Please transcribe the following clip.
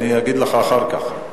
אני אגיד לך אחר כך.